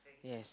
yes